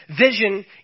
vision